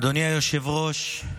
אדוני היושב-ראש,